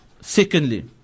Secondly